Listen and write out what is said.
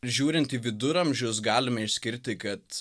žiūrint į viduramžius galime išskirti kad